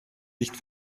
nicht